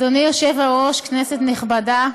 אדוני היושב-ראש, כנסת נכבדה,